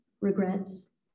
regrets